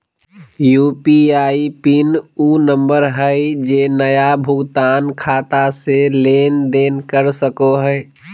UPI pin उ number हइ जे नया भुगतान खाता से लेन देन कर सको हइ